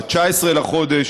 ב-19 בחודש